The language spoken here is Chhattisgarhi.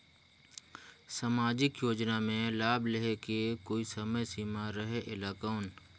समाजिक योजना मे लाभ लहे के कोई समय सीमा रहे एला कौन?